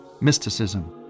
mysticism